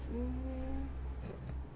um